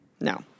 No